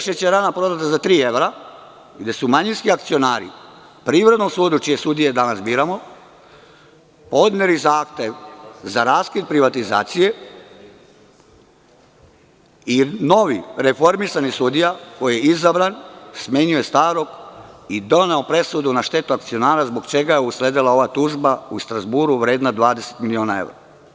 Šećerana prodata za tri evra, gde su manjinski akcionari Privrednom sudu, čije sudije danas biramo, podneli zahtev za raskid privatizacije i novi reformisani sudija koji je izabran, smenjuje starog, i doneo presudu na štetu akcionara, zbog čega je usledila ova tužba u Strazburu vredna 20 miliona evra.